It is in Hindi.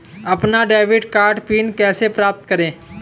अपना डेबिट कार्ड पिन कैसे प्राप्त करें?